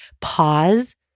pause